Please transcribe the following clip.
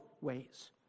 ways